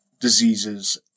diseases